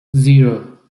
zero